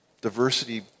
diversity